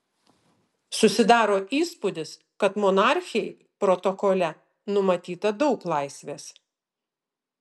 susidaro įspūdis kad monarchei protokole numatyta daug laisvės